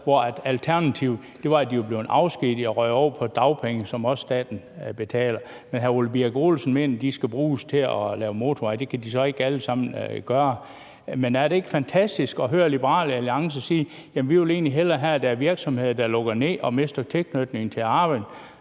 hvor alternativet var, at de var blevet afskediget og var røget over på dagpenge, som staten også betaler. Men hr. Ole Birk Olesen mener, at pengene skal bruges til at lave motorveje. Det kan de så ikke alle sammen gøre. Men er det ikke fantastisk at høre Liberal Alliance sige, at man egentlig hellere vil have, at der er virksomheder, der lukker ned og mister tilknytningen til